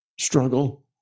struggle